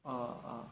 ah ah